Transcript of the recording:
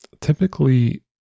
Typically